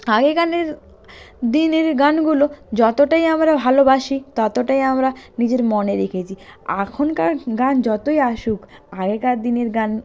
আগে গানের দিনের গানগুলো যতোটাই আমরা ভালোবাসি ততটাই আমরা নিজের মনে রেখেছি আখনকার গান যতোই আসুক আগেকার দিনের গান